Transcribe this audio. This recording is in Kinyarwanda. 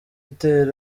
inter